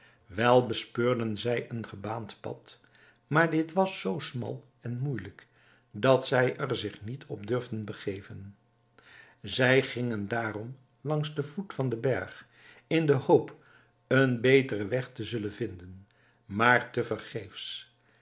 wel bespeurden zij een gebaand pad maar dit was zoo smal en moeijelijk dat zij er zich niet op durfden begeven zij gingen daarom langs den voet van den berg in de hoop een beteren weg te zullen vinden maar